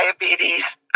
diabetes